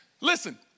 Listen